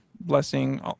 blessing